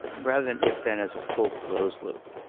rather than if then, as a full closed loop.